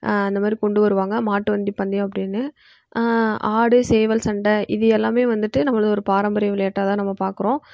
அந்த மாதிரி கொண்டு வருவாங்க மாட்டு வண்டி பந்தயம் அப்படின்னு ஆடு சேவல் சண்டை இது எல்லாமே வந்துட்டு நம்மளுது ஒரு பாரம்பரிய விளையாட்டாகதான் நம்ம பார்க்குறோம்